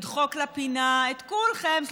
ולדחוק לפינה את כולכם,